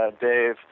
Dave